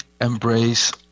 embrace